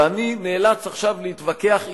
ואני נאלץ עכשיו להתווכח אתו,